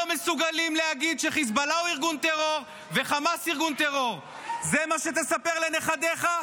מסוגלים להגיד שחיזבאללה הוא ארגון טרור -- מה תספר לילדים שלך,